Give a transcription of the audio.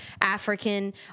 African